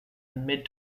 mid